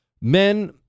men